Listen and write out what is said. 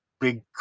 big